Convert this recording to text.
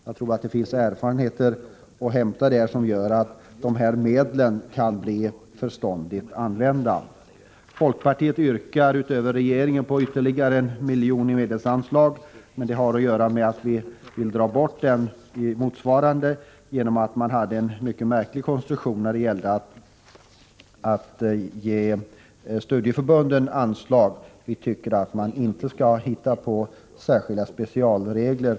Jag tror att det finns erfarenheter att hämta där som kan bidra till att medlen kan bli förståndigt använda. Folkpartiet yrkar på ytterligare 1 milj.kr. i anslag utöver regeringens förslag, men det har att göra med att vi vill dra bort ett motsvarande anslag. Man hade en mycket märklig konstruktion när det gällde att ge studieförbunden anslag. Vi tycker inte att man skall hitta på sådana specialregler.